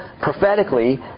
prophetically